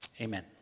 amen